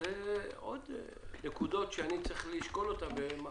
זה עוד נקודות שאני צריך לשקול.